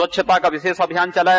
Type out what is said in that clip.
स्वच्छता का विशेष अभियान चलाया